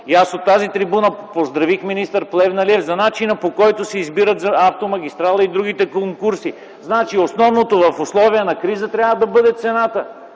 от тази трибуна министър Плевнелиев за начина, по който си избират за автомагистрала и другите конкурси. Основното в условия на криза трябва да бъде цената.